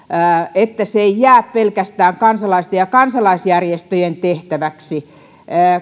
että se ei jää pelkästään kansalaisten ja kansalaisjärjestöjen tehtäväksi